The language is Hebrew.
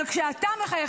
-- אבל כשאתה מחייך,